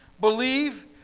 Believe